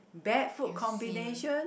bad food combination